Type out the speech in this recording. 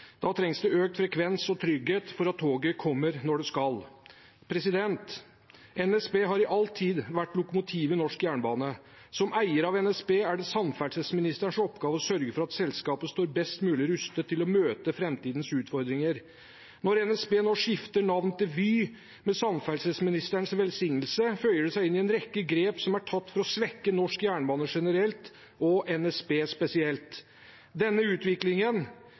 Da trengs det økt frekvens og trygghet for at toget kommer når det skal. NSB har i all tid vært lokomotivet i norsk jernbane. Som eier av NSB er det samferdselsministerens oppgave å sørge for at selskapet står best mulig rustet til å møte framtidens utfordringer. Når NSB nå skifter navn til Vy, med samferdselsministerens velsignelse, føyer det seg inn i en rekke grep som er tatt for å svekke norsk jernbane generelt og NSB spesielt. Denne utviklingen